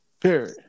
Period